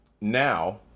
now